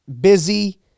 busy